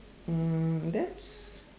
um that's